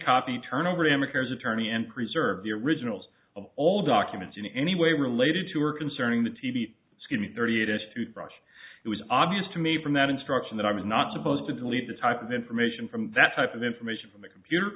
copy turn over democrats attorney and preserve the originals of all documents in any way related to or concerning the t v skinny thirty eight s toothbrushes it was obvious to me from that instruction that i was not supposed to believe the type of information from that type of information from the computer